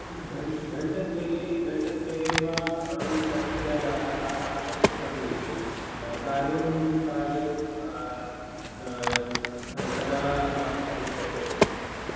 घण् घण्टाद्वये घण्टात्रये वा अहं तत्र आ आगमिष्यामि कार्यं कार्यं तदा आरब्धुं शक्यते